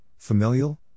Familial